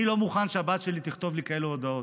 אני לא מוכן שהבת שלי תכתוב לי כאלה הודעות.